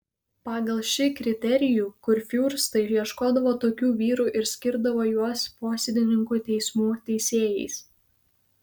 pagal šį kriterijų kurfiurstai ieškodavo tokių vyrų ir skirdavo juos posėdininkų teismų teisėjais